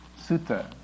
sutta